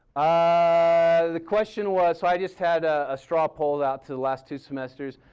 ah, the question was. so i just had a straw pulled out to the last two semesters.